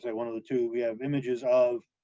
one of the two we have images of.